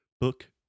book